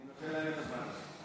אני מוותר עליה הפעם.